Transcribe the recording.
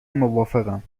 موافقم